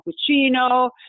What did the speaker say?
cappuccino